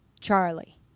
charlie